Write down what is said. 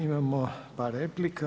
Imamo par replika.